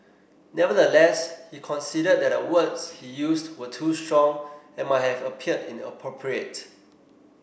nevertheless he conceded that the words he used were too strong and might have appeared inappropriate